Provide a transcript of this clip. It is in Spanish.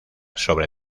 sobre